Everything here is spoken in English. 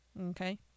Okay